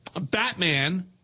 Batman